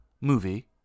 movie